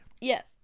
Yes